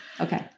Okay